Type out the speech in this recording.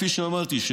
כפי שאמרתי,